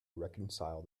reconcile